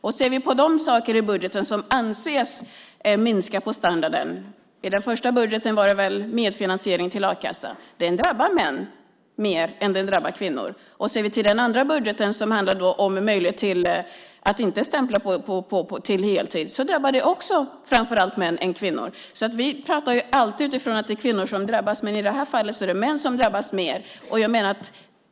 Om vi ser vi på det som anses minska standarden och som i den första budgeten handlade om medfinansieringen av a-kassan drabbar den män mer än den drabbar kvinnor. När det gäller att inte kunna stämpla upp till heltid drabbar det också fler män än kvinnor. Vi pratar alltid utifrån att det är kvinnor som drabbas, men i dessa fall är det män som drabbas mer.